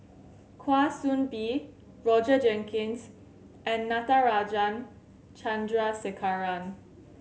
Kwa Soon Bee Roger Jenkins and Natarajan Chandrasekaran